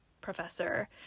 professor